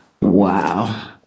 Wow